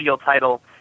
title